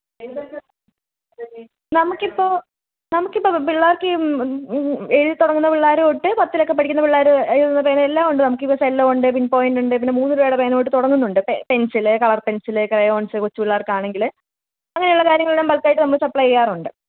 നമുക്ക് ഇപ്പോൾ നമുക്ക് ഇപ്പം പിള്ളേര്ക്ക് ഈ എഴുതിത്തുടങ്ങുന്ന പിള്ളേർ തൊട്ട് പത്തിലൊക്കെ പഠിക്കുന്ന പിള്ളേർ എഴുതുന്ന പേന എല്ലാം ഉണ്ട് നമുക്ക് ഇപ്പം സെല്ലോ ഉണ്ട് പിന് പോയൻറ് ഉണ്ട് പിന്നെ മൂന്ന് രൂപയുടെ പേന തൊട്ട് തുടങ്ങുന്നുണ്ട് pen pencil colour pencil crayons കൊച്ചു പിള്ളേർക്ക് ആണെങ്കിൽ അങ്ങനെയുള്ള കാര്യങ്ങളെല്ലാം ബള്ക്ക് ആയിട്ട് നമ്മൾ സപ്ലേ ചെയ്യാറുണ്ട്